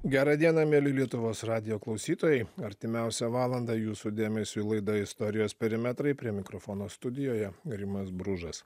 gerą dieną mieli lietuvos radijo klausytojai artimiausią valandą jūsų dėmesiui laida istorijos perimetrai prie mikrofono studijoje rimas bružas